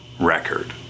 record